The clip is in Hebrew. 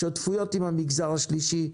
שותפויות עם המגזר השלישי,